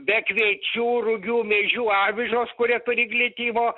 be kviečių rugių miežių avižos kurie turi glitimo